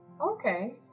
Okay